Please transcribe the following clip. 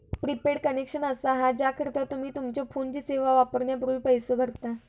prepaid connection असा हा ज्याकरता तुम्ही तुमच्यो फोनची सेवा वापरण्यापूर्वी पैसो भरता